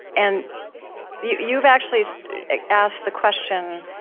and you've actually asked the question,